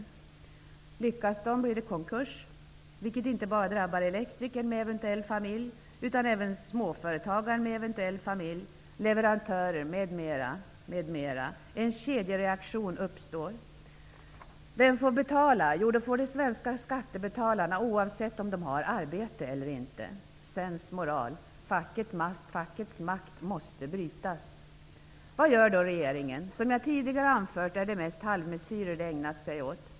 Om facket lyckas blir det konkurs, vilket inte bara drabbar elektrikern med eventuell familj utan även småföretagaren med eventuell familj, leverantörer m.m. En kedjereaktion uppstår. Vem får betala? Jo, det får de svenska skattebetalarna, oavsett om de har arbete eller inte. Sensmoral: fackets makt måste brytas. Vad gör då regeringen? Som jag tidigare anfört har den mest ägnat sig åt halvmesyrer.